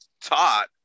taught